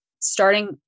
starting